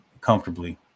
comfortably